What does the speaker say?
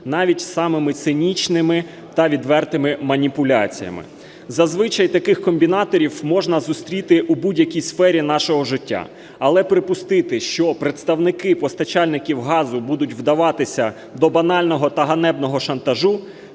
навіть самими цинічними та відвертими маніпуляціями. Зазвичай таких комбінаторів можна зустріти у будь-якій сфері нашого життя. Але припустити, що представники постачальників газу будуть вдаватися до банального та ганебного шантажу,